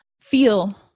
feel